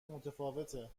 متفاوته